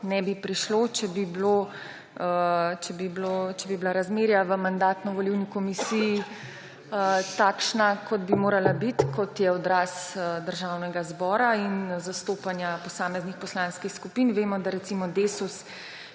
ne bi prišlo, če bi bila razmerja v Mandatno-volilni komisiji takšna, kot bi morala biti, kot je odraz Državnega zbora in zastopanja posameznih poslanskih skupin. Vemo, da recimo Desus